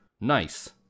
Nice